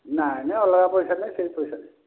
ନାଇ ନାଇଁ ଅଲଗା ପଇସା ନାଇଁ ସେ ପଇସାରେ